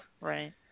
right